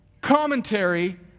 commentary